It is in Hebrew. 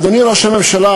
אדוני ראש הממשלה,